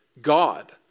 God